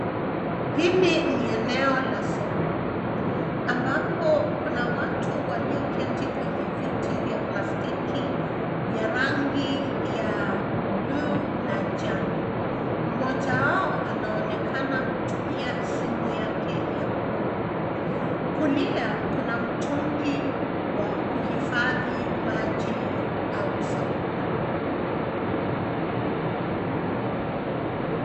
Hili ni eneo la soko ambapo kuna watu walioketi kwenye viti vya plastiki vya rangi ya buluu na njano mmoja wao anaonekana kutumia simu yake ya mkono, kulia kuna mtungi wa kuhifadhi maji au sabuni.